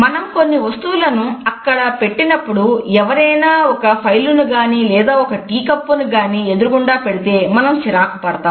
మనం కొన్ని వస్తువులను అక్కడ పెట్టినప్పుడు ఎవరైనా ఒక ఫైలును గాని లేదా టీ కప్పును గాని ఎదురుగుండా పెడితే మనం చిరాకుపడతాం